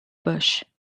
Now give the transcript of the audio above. bush